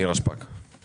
נירה שפק, בבקשה.